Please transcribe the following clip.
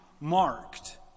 marked